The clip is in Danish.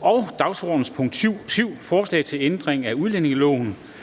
og dagsordenens punkt 7, forslag til ændring af udlændingeloven,